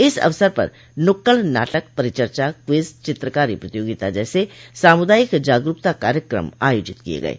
इस अवसर पर नुक्कड़ नाटक परिचर्चा क्विज चित्रकारी प्रतियोगिता जैसे सामुदायिक जागरूकता कार्यक्रम आयोजित किये गये